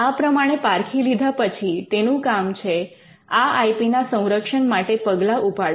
આ પ્રમાણે પારખી લીધા પછી તેનું કામ છે આ આઈપી ના સંરક્ષણ માટે પગલા ઉપાડવા